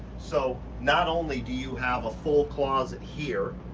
so not only do you have a full closet here,